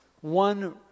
One